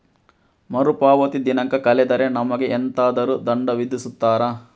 ಮರುಪಾವತಿ ದಿನಾಂಕ ಕಳೆದರೆ ನಮಗೆ ಎಂತಾದರು ದಂಡ ವಿಧಿಸುತ್ತಾರ?